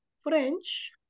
french